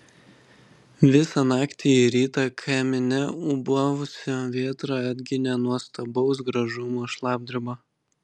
visą naktį ir rytą kamine ūbavusi vėtra atginė nuostabaus gražumo šlapdribą